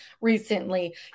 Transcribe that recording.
recently